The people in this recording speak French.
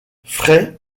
frai